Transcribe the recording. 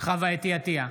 חוה אתי עטייה,